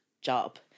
job